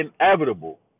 inevitable